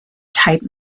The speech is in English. type